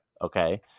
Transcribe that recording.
okay